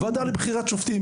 הוועדה לבחירת שופטים,